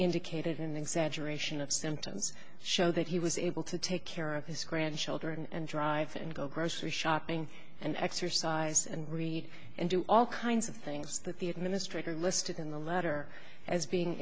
indicated an exaggeration of symptoms show that he was able to take care of his grandchildren and drive and go grocery shopping and exercise and read and do all kinds of things that the administrator listed in the letter as being